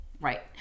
right